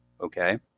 Okay